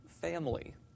family